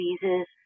diseases